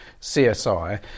CSI